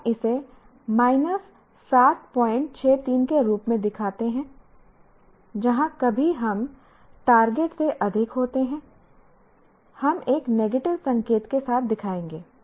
इसलिए हम इसे माइनस 763 के रूप में दिखाते हैं जहां कभी हम टारगेट से अधिक होते हैं हम एक निगेटिव संकेत के साथ दिखाएंगे